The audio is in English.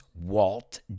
Walt